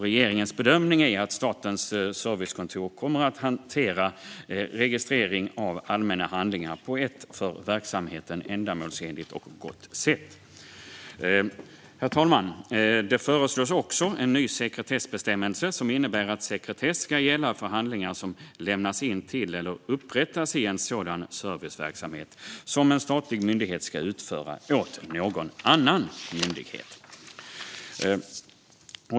Regeringens bedömning är att statens servicekontor kommer att hantera registrering av allmänna handlingar på ett för verksamheten ändamålsenligt och gott sätt. Herr talman! Det föreslås också en ny sekretessbestämmelse som innebär att sekretess ska gälla för handlingar som lämnas in till eller upprättas i en sådan serviceverksamhet som en statlig myndighet ska utföra åt någon annan myndighet.